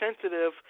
sensitive